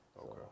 Okay